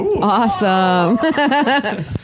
Awesome